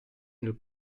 nel